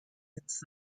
its